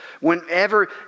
Whenever